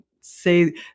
say